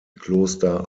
kloster